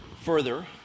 Further